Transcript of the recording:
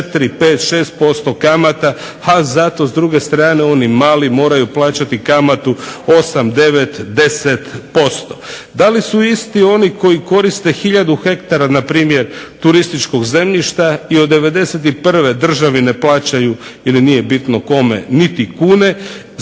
4, 5, 6% kamata, a zato s druge strane oni mali moraju plaćati kamatu 8, 9, 10%? Da li su isti oni isti oni koji koriste hiljadu hektara npr. turističkog zemljišta i od '91. državi ne plaćaju ili nije bitno kome, niti kune,